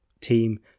team